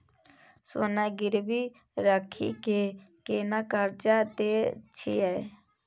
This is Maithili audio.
सोना गिरवी रखि के केना कर्जा दै छियै?